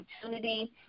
opportunity